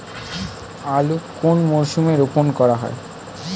আলু কোন মরশুমে রোপণ করা হয়?